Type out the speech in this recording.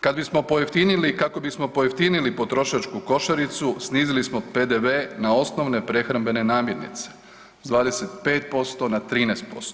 Kad bismo pojeftinili, kako bismo pojeftinili potrošačku košaricu snizili smo PDV na osnovne prehrambene namirnice s 25% na 13%